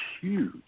huge